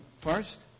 First